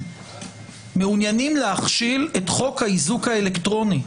מעוניינים להכשיל את חוק האיזוק האלקטרוני,